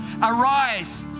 Arise